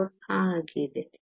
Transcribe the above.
54 ಆಗಿದೆ